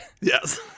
Yes